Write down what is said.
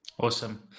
Awesome